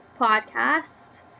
podcast